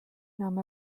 enam